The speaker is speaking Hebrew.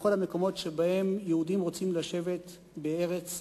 ובכל המקומות שבהם יהודים רוצים לשבת בארץ-ישראל.